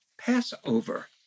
Passover